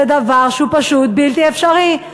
זה דבר שהוא פשוט בלתי אפשרי.